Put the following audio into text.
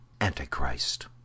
Antichrist